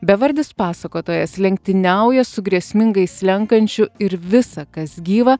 bevardis pasakotojas lenktyniauja su grėsmingai slenkančiu ir visa kas gyva